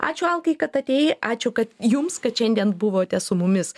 ačiū alkai kad atėjai ačiū kad jums kad šiandien buvote su mumis